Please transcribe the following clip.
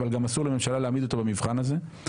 אבל גם אסור לממשלה להעמיד אותו במבחן הזה.